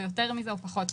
יותר מזה או פחות מזה.